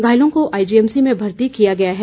घायलों को आईजीएमसी में भर्ती किया गया है